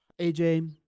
AJ